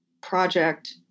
project